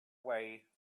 way